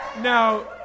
Now